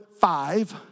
five